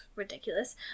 Ridiculous